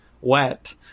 wet